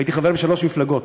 הייתי חבר בשלוש מפלגות,